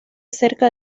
cerca